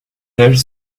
ailes